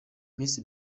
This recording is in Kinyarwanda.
miss